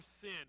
sin